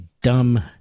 Dumb